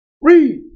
Read